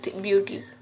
beauty